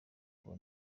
akaba